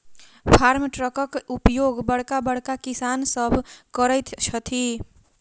farm ट्रकक उपयोग बड़का बड़का किसान सभ करैत छथि